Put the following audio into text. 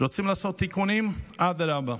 רוצים לעשות תיקונים, אדרבה.